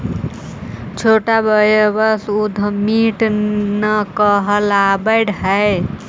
छोटा व्यवसाय उद्यमीट न कहलावऽ हई